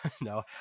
no